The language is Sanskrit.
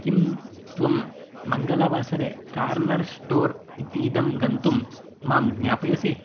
किं त्वं मङ्गलवासरे कोर्नर् स्टोर् इतीदं गन्तुं मां ज्ञापयसि